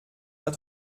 pas